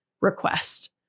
request